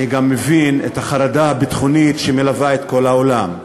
אני גם מבין את החרדה הביטחונית שמלווה את כל העולם.